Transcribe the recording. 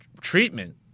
Treatment